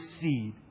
seed